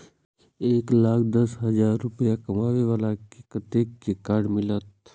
एक लाख दस हजार रुपया साल में कमाबै बाला के कतेक के कार्ड मिलत?